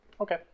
okay